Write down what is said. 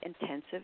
intensive